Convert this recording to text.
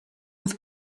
with